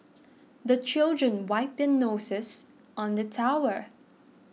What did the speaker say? the children wipe their noses on the towel